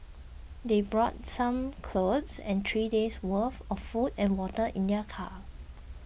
they brought some clothes and three days' worth of food and water in their car